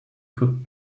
could